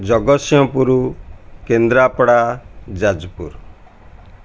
Jagatsinghpur Kendrapara Jajpur